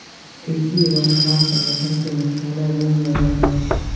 कृषि एवं खाद्य संगठन के मुख्यालय रोम नगर मे अछि